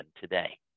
today